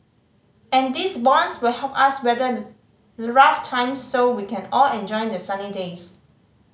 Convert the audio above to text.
and these bonds will help us weather rough times so we can all enjoy the sunny days